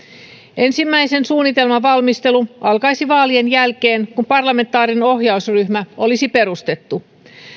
ensimmäisen suunnitelman valmistelu alkaisi vaalien jälkeen kun parlamentaarinen ohjausryhmä olisi perustettu